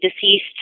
deceased